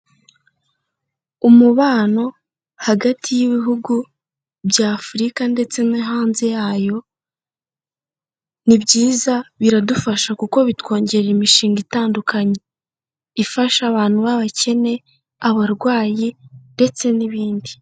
Umubano hagati y'ibihugu bya Afurika ndetse no hanze yayo, ni byiza, biradufasha kuko bitwongerera imishinga ifasha abantu b'abakene, abarwayi ndetse n'ibindi.